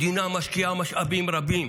המדינה משקיעה משאבים רבים.